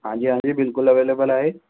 हांजी हांजी बिल्कुलु अवेलेबल आहे